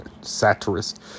satirist